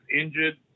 injured